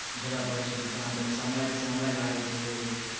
झेलय पड़ैत छलै सहन कर समयके समय लगैत छलै